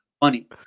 money